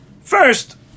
First